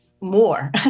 more